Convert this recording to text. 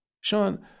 Sean